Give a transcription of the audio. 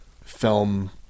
film